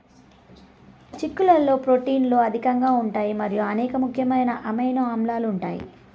చిక్కుళ్లలో ప్రోటీన్లు అధికంగా ఉంటాయి మరియు అనేక ముఖ్యమైన అమైనో ఆమ్లాలు ఉంటాయి